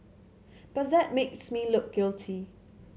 but that makes me look guilty